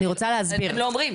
--- לא אומרים.